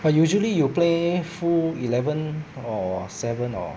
but usually you play full eleven or seven or